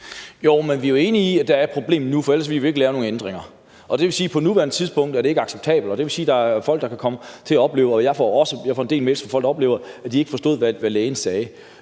men vi er jo enige om, at der er et problem nu, for ellers ville vi ikke lave nogen ændringer. Det vil sige, at det på nuværende tidspunkt ikke er acceptabelt, og det vil sige, at der er folk, der kan komme til at opleve – det får jeg en del mails fra folk om at de oplever – at de ikke forstår, hvad lægen siger.